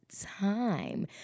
time